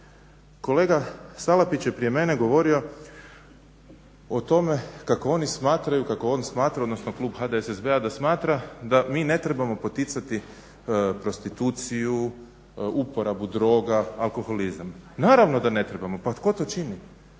Kolega Salapić je prije mene govorio o tome kako oni smatraju, kako on smatra, odnosno klub HDSSB-a da smatra da mi ne trebamo poticati prostituciju, uporabu droga, akolholizam. Naravno da ne trebamo. Pa tko to čini?